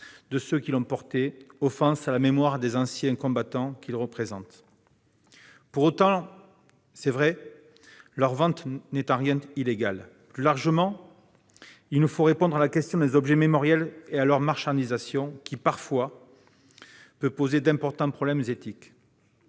de ceux qui les ont portés, offense à la mémoire des anciens combattants qu'ils représentent. Pour autant, leur vente n'est nullement illégale. Plus largement, il nous faut répondre à la question du devenir des objets mémoriels et de leur marchandisation éventuelle, qui peut parfois poser d'importants problèmes éthiques.